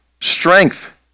strength